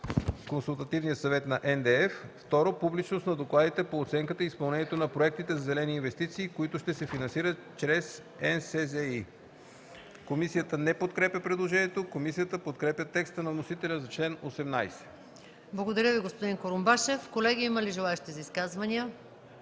Консултативния съвет на НДЕФ; 2. публичност на докладите по оценката и изпълнението на проектите за зелени инвестиции, които ще се финансират чрез НСЗИ.” Комисията не подкрепя предложението. Комисията подкрепя текста на вносителя за чл. 18. ПРЕДСЕДАТЕЛ МАЯ МАНОЛОВА: Колеги, има ли желаещи за изказвания?